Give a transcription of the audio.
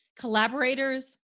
collaborators